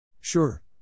Sure